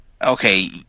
Okay